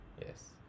yes